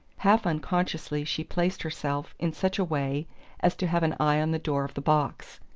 half-unconsciously she placed herself in such a way as to have an eye on the door of the box.